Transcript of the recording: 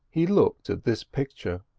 he looked at this picture.